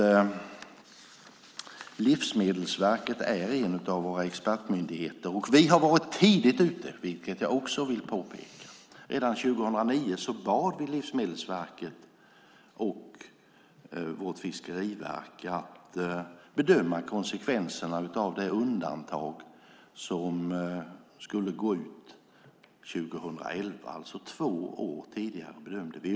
Livsmedelsverket är en av våra expertmyndigheter. Vi har varit tidigt ute, vilket jag också vill påpeka. Redan 2009 bad vi Livsmedelsverket och vårt fiskeriverk att bedöma konsekvenserna av det undantag som skulle gå ut 2011, alltså två år tidigare, bedömde vi.